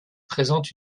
présente